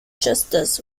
justus